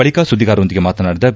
ಬಳಿಕ ಸುದ್ದಿಗಾರರೊಂದಿಗೆ ಮಾತನಾದಿದ ಬಿ